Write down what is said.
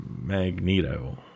Magneto